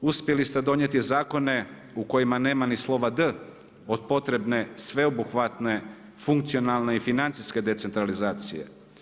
Uspjeli ste donijeti zakone u kojima nema niti slova d od potrebne sveobuhvatne funkcionalne i financijske decentralizacije.